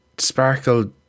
Sparkle